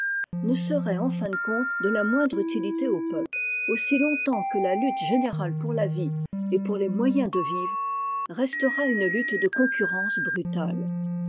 ne serait en fin de compte de la moindre utiiité au peuple aussi longtemps que la lutte générale pour la vie et pour les moyens de vivre restera une lutte de concurrence brutale